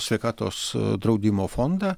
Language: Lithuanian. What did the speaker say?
sveikatos draudimo fondą